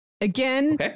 Again